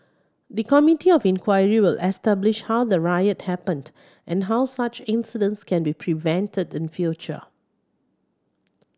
the Committee of Inquiry will establish how the riot happened and how such incidents can be prevented in future